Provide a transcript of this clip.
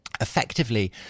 effectively